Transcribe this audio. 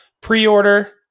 pre-order